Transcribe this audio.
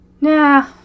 Nah